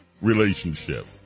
relationship